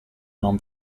non